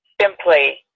simply